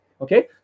Okay